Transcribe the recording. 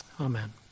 amen